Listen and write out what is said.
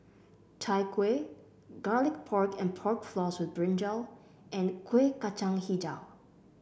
Chai Kueh Garlic Pork and Pork Floss with brinjal and Kuih Kacang hijau